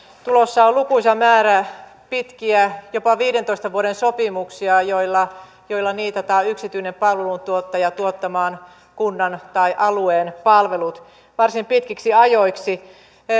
tulossa on lukuisa määrä pitkiä jopa viidentoista vuoden sopimuksia joilla joilla niitataan yksityinen palveluntuottaja tuottamaan kunnan tai alueen palvelut varsin pitkiksi ajoiksi